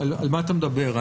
על מה אתה מדבר?